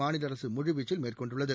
மாநில அரசு முழுவீச்சில் மேற்கொண்டுள்ளது